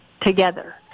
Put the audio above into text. together